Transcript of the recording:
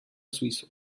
suizo